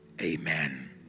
Amen